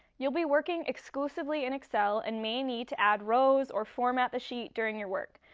you'll be working exclusively in excel and may need to add rows or format the sheet during your work.